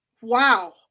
wow